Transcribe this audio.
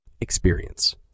Experience